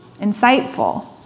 insightful